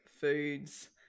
foods